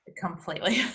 Completely